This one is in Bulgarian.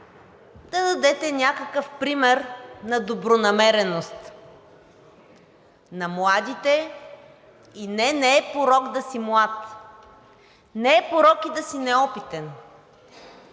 да дадете някакъв пример на добронамереност на младите. И не, не е порок да си млад, не е порок да си неопитен,